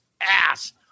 ass